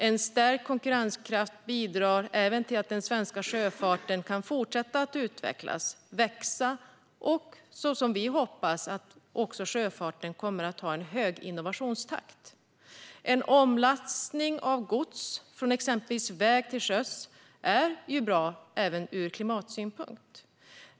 En stärkt konkurrenskraft bidrar även till att den svenska sjöfarten kan fortsätta att utvecklas och växa, och vi hoppas att också sjöfarten kommer att ha en hög innovationstakt. En omlastning av gods från exempelvis väg till sjö är bra även ur klimatsynpunkt.